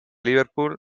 liverpool